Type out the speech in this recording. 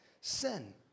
sin